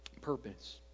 purpose